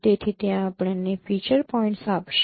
તેથી તે આપણને ફીચર પોઇન્ટ્સ આપશે